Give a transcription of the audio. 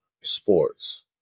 sports